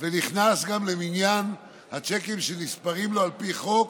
ונכנס למניין הצ'קים שנספרים לו על פי החוק,